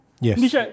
Yes